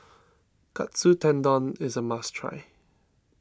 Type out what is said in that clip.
Katsu Tendon is a must try